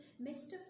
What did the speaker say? Mr